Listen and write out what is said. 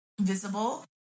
visible